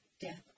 death